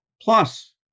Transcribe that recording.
Plus